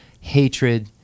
hatred